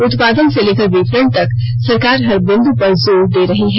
उत्पादन से लेकर विपणन तक सरकार हर बिंद पर जोर दे रही है